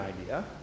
idea